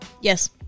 yes